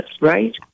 right